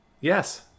yes